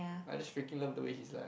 I just freaking love the way he's like